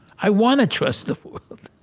i want to trust the world.